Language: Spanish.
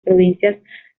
provincias